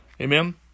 Amen